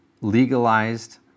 legalized